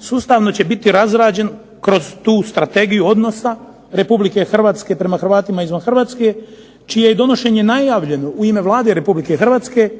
sustavno će biti razrađen kroz tu strategiju odnosa Republike Hrvatske prema Hrvatima izvan Hrvatske čije je donošenje najavljeno u ime Vlade Republike Hrvatske